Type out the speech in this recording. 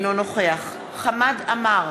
אינו נוכח חמד עמאר,